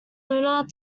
lunar